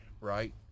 right